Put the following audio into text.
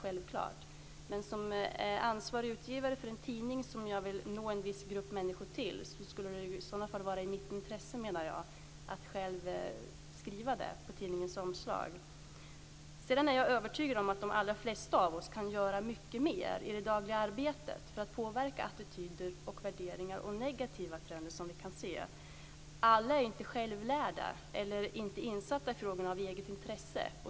Jag menar att som ansvarig utgivare för en tidning som jag vill ska nå en viss grupp människor, ligger det i mitt eget intresse att själv skriva det på tidningens omslag. Sedan är jag övertygad om att de allra flesta av oss kan göra mycket mer i det dagliga arbetet för att påverka attityder, värderingar och negativa trender. Alla är inte självlärda och inte insatta i frågorna av eget intresse.